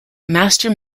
master